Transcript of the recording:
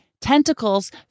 tentacles